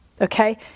Okay